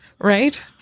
Right